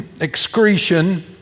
excretion